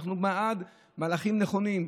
אנחנו בעד מהלכים נכונים,